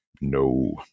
no